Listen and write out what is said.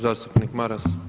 Zastupnik Maras.